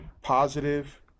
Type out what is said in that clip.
positive